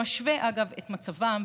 שמשווה אגב את מצבם,